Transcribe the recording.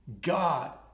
God